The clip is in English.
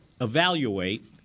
evaluate